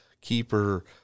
Keeper